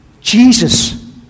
Jesus